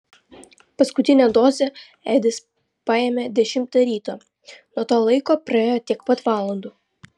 paskutinę dozę edis paėmė dešimtą ryto nuo to laiko praėjo tiek pat valandų